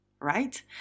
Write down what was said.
right